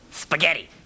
spaghetti